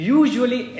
usually